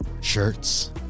shirts